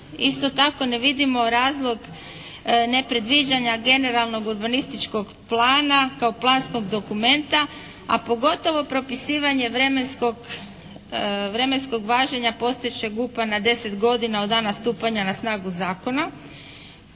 isto tako ne vidimo razlog nepredviđanja generalnog urbanističkog plana kao planskog dokumenta a pogotovo propisivanje vremenskog važenja postojećeg GUP-a na deset godina od dana stupanja na snagu zakona.